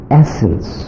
essence